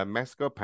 Mexico